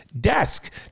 desk